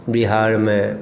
बिहारमे